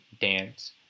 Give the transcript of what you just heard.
dance